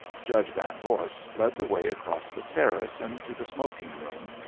judge van vorst led the way across the terrace, and to the smoking-room,